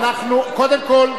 קודם כול,